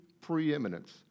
preeminence